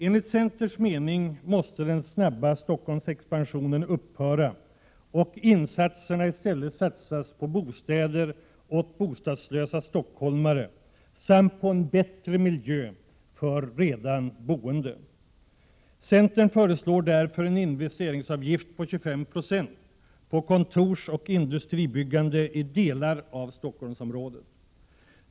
Enligt centerns mening måste den snabba Stockholmsexpansionen bromsas, och man bör i stället satsa på bostäder för bostadslösa stockholmare samt på en bättre miljö för redan boende. Centern föreslår därför en investeringsavgift på 25 26 på kontorsoch industribyggande i delar av Stockholmsområdet.